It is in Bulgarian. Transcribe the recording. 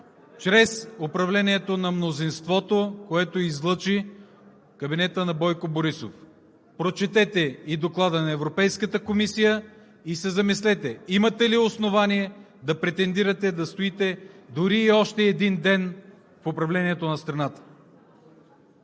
чрез управлението на мнозинството, което излъчи кабинетът на Бойко Борисов. Прочетете Доклада на Европейската комисия и се замислете имате ли основание да претендирате да стоите дори още един ден в управлението на страната.